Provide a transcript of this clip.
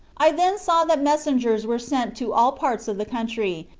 i then saw that messengers were sent to all parts of the country,